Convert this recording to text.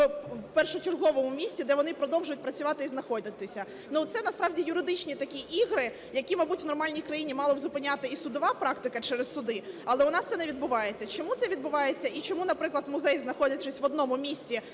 в першочерговому місці, де вони продовжують працювати і знаходитися. Це насправді юридичні такі ігри, які, мабуть, в нормальній країні мала б зупиняти і судова практика через суди, але у нас це не відбувається. Чому це відбувається і чому, наприклад, музеї, знаходячись в одному місці,